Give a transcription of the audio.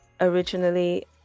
originally